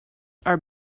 are